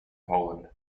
poland